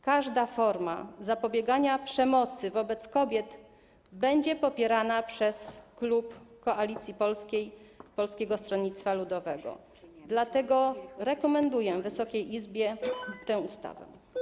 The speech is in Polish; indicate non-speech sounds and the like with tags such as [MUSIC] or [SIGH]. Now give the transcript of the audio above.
Każda forma zapobiegania przemocy wobec kobiet będzie popierana przez klub Koalicji Polskiej - Polskiego Stronnictwa Ludowego, dlatego rekomenduję Wysokiej Izbie [NOISE] tę ustawę.